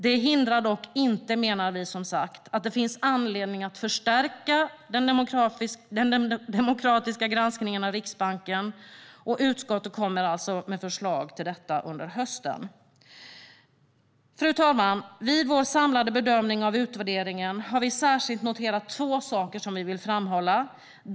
Det hindrar dock inte att det finns anledning att förstärka den demokratiska granskningen av Riksbanken, och utskottet återkommer alltså med förslag till detta under hösten. Fru talman! Vid vår samlade bedömning av utvärderingen har vi särskilt noterat två saker som vi vill framhålla.